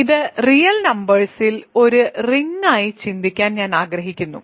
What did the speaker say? ഇത് റിയൽ നമ്പേഴ്സിൽ ഒരു റിങ്ങായി ചിന്തിക്കാൻ ഞാൻ ആഗ്രഹിക്കുന്നു